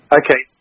okay